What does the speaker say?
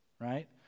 right